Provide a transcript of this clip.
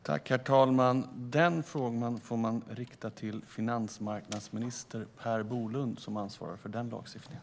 Herr talman! Den frågan får man rikta till finansmarknadsminister Per Bolund, som ansvarar för den lagstiftningen.